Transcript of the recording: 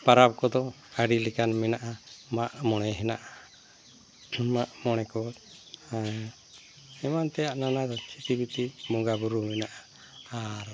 ᱯᱟᱨᱟᱵᱽ ᱠᱚᱫᱚ ᱟᱹᱰᱤᱞᱮᱠᱟᱱ ᱢᱮᱱᱟᱜᱼᱟ ᱢᱟᱜᱼᱢᱚᱬᱮ ᱦᱮᱱᱟᱜᱼᱟ ᱢᱟᱜᱼᱢᱚᱬᱮ ᱠᱚ ᱮᱢᱟᱱ ᱛᱮᱭᱟᱜ ᱱᱟᱱᱟ ᱪᱷᱤᱛᱤᱵᱤᱛᱤ ᱵᱚᱸᱜᱟᱼᱵᱩᱨᱩ ᱢᱮᱱᱟᱜᱼᱟ ᱟᱨ